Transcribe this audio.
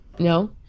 No